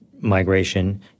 migration